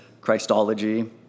Christology